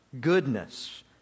goodness